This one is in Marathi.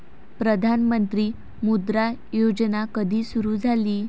प्रधानमंत्री मुद्रा योजना कधी सुरू झाली?